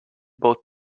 both